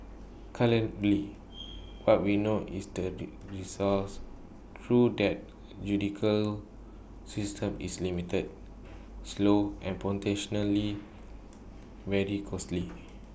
currently what we know is that recourse through that judicial system is limited slow and very costly